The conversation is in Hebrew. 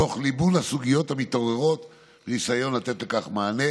תוך ליבון הסוגיות המתעוררות וניסיון לתת לכך מענה.